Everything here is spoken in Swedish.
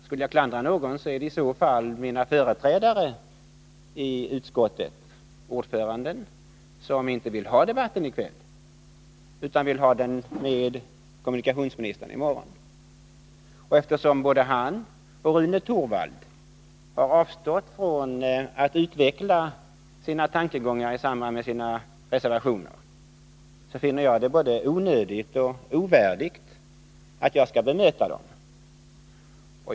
Skulle jag klandra någon är det i så fall mina företrädare i utskottet. Ordföranden vill inte ha debatten i kväll utan vill ha den med kommunikationsministern i morgon. Eftersom både han och Rune Torwald har avstått från att utveckla sina tankegångar i samband med sina reservationer finner jag det både onödigt och ovärdigt att bemöta dem.